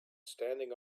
standing